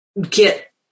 get